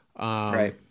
Right